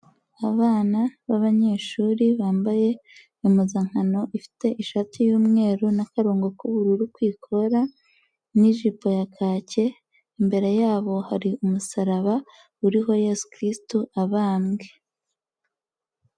Abana b'abanyeshuri bambaye impuzankano ifite ishati y'umweru n'akarongo k'ubururu ku ikora n'ijipo ya kake, imbere yabo hari umusaraba uriho Yesu Kirisito abambwe.